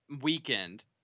weekend